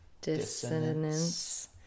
Dissonance